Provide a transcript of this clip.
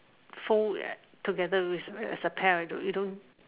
foil together as a pair you don't